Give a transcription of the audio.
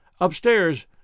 Upstairs